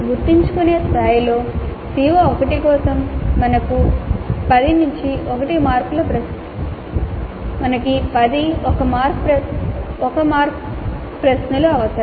గుర్తుంచుకునే స్థాయిలో CO1 కోసం మాకు 10 1 మార్క్ ప్రశ్నలు అవసరం